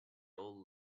old